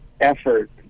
effort